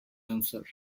answer